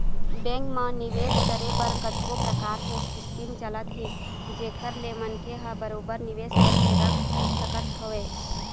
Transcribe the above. bank म निवेस करे बर कतको परकार के स्कीम चलत हे जेखर ले मनखे ह बरोबर निवेश करके रख सकत हवय